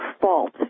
fault